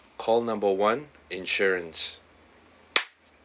call number one insurance